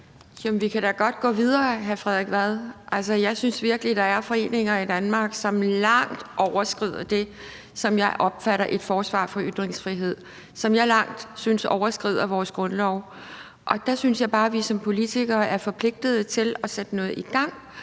Vi kan da godt gå videre, hr. Frederik Vad. Jeg synes virkelig, der er foreninger i Danmark, som langt overskrider det, jeg opfatter man kan forsvare inden for ytringsfriheden, og som jeg synes langt overskrider vores grundlov. Der synes jeg bare, vi som politikere er forpligtede til at sætte noget i gang